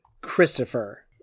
Christopher